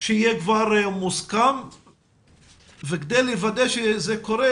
שיהיה כבר מוסכם וכדי לוודא שזה קורה